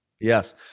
yes